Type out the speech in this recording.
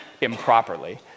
improperly